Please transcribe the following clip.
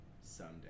someday